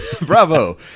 Bravo